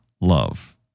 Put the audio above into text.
love